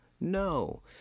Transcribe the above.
No